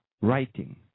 writing